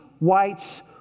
whites